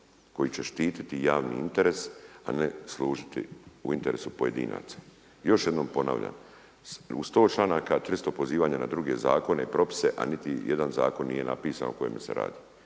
koji će štiti javni interes, a ne služiti u interesu pojedinaca. Još jednom ponavljam u 100 članaka 300 pozivanja na druge zakone i propise, a niti jedan zakon nije napisan o kojeme se radi.